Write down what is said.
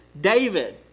David